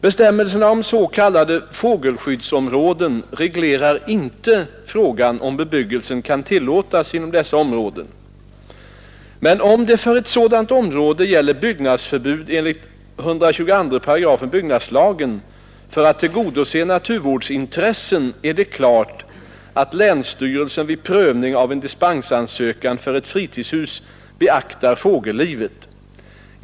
Bestämmelserna om s.k. fågelskyddsområden reglerar inte frågan om bebyggelse kan tillåtas inom dessa områden. Men om det för ett sådant område gäller byggnadsförbud enligt 122 § byggnadslagen för att tillgodose naturvårdsintressen, är det klart att länsstyrelsen vid prövning av en dispensansökan för ett fritidshus beaktar fågellivet.